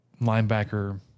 linebacker